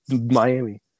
Miami